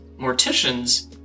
Morticians